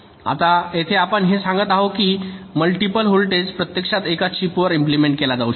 आता येथे आपण हे सांगत आहोत की हा मल्टिपल व्होल्टेज प्रत्यक्षात एका चिपवर इम्प्लांट केला जाऊ शकतो